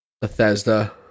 Bethesda